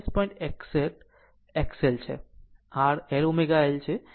61 X L છે r L ω છે